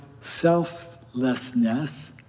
selflessness